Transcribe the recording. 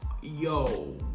Yo